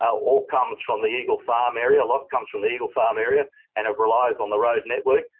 all comes from the eagle farm area. a lot comes from the eagle farm area and it relies on the road network.